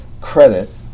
credit